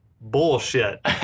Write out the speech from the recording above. Bullshit